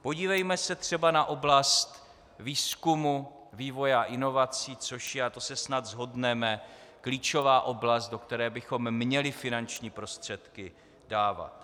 Podívejme se třeba na oblast výzkumu, vývoje a inovací, což je, jak se snad shodneme, klíčová oblast, do které bychom měli finanční prostředky dávat.